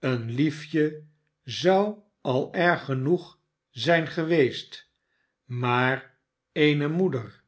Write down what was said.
aeen liefje zou al erg genoeg zijn geweest maar eene moeder